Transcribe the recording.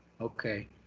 Okay